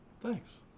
Thanks